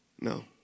No